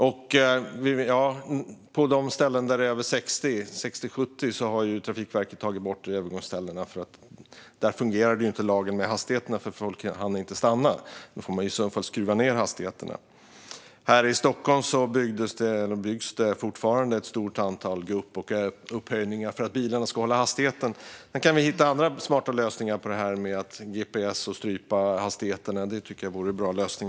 På de ställen där hastighetsgränsen är över 60 eller 70 har Trafikverket tagit bort övergångsställena. Där fungerade inte lagen med hastigheterna, för folk hann inte stanna. Då får man i så fall skruva ned hastigheterna. Här i Stockholm byggdes det - och byggs fortfarande - ett stort antal gupp och upphöjningar för att bilarna ska hålla hastigheten. Om vi kan hitta andra smarta lösningar på detta, genom gps och att strypa hastigheterna, vore det en bra lösning.